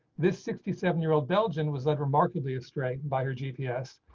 this sixty seven year old belgian was like remarkably astray by your gps,